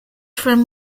from